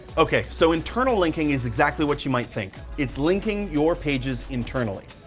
okay, so internal linking is exactly what you might think. it's linking your pages internally.